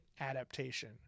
adaptation